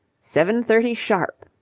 seven-thirty sharp.